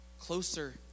closer